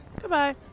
Goodbye